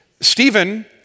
Stephen